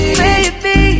baby